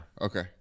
Okay